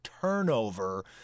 turnover